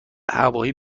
هوایی